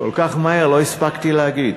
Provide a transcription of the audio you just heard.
כל כך מהר, לא הספקתי להגיד.